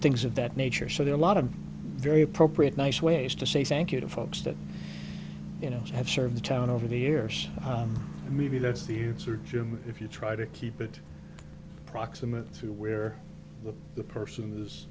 things of that nature so there are a lot of very appropriate nice ways to say thank you to folks that you know have served the town over the years maybe that's the surgeon if you try to keep it proximate to we're the person